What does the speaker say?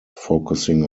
focusing